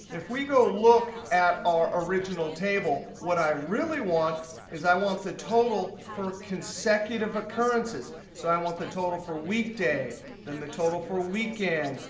if we go look at our original table, what i really want is i want the total for consecutive occurrences. so i want the total for week day then the total for weekend,